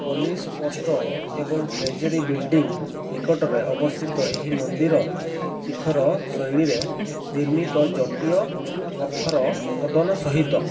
police post ଏବଂ treasury building ନିକଟରେ ଅବସ୍ଥିତ ଏହି ମନ୍ଦିର ଶିଖର ଶୈଳୀରେ ନିର୍ମିତ ଜଟିଳ ପଥର ଖୋଦନ ସହିତ